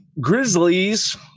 Grizzlies